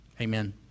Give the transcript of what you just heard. Amen